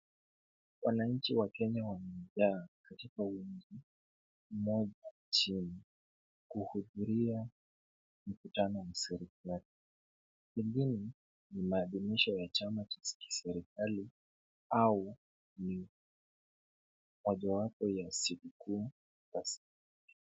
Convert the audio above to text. Wananchi wa Kenya wamejaa katika uwanja mmoja nchini Kenya kuhudhuria mkutano wa serikali. Pengine ni maadhimisho ya chama cha kiserikali au mojawapo ya siku kuu za serikali.